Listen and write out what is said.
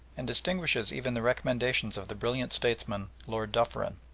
and distinguishes even the recommendations of the brilliant statesman, lord dufferin.